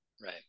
Right